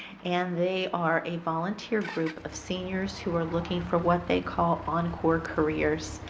and they are a volunteer group of seniors who are looking for what they call on-core careers.